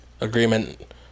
agreement